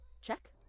check